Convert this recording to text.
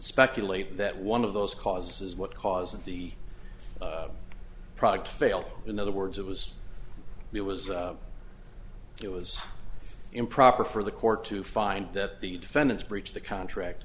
speculate that one of those causes what cause of the product fail in other words it was it was it was improper for the court to find that the defendants breached the contract